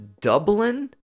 Dublin